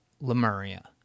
Lemuria